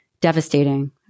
devastating